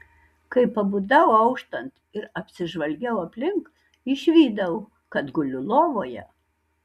kai pabudau auštant ir apsižvalgiau aplink išvydau kad guliu lovoje